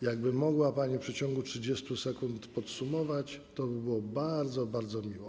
Jakby mogła pani w przeciągu 30 sekund podsumować, toby było bardzo, bardzo miło.